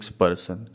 person